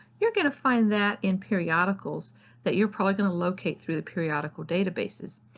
you're going to find that in periodicals that you're probably going to locate through the periodical databases.